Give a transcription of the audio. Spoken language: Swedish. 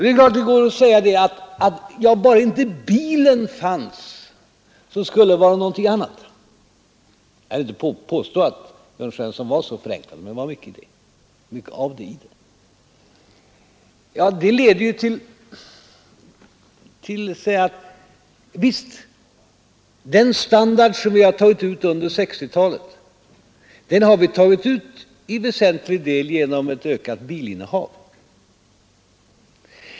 Det är klart att det går att säga att bara inte bilen fanns så skulle det vara annorlunda. Jag vill inte påstå att Jörn Svensson var så förenklande, men det var mycket av det i hans anförande. Visst kan man säga att den standard som vi har tagit ut under 1960-talet har till väsentlig del utgjorts av ett ökat bilinnehav.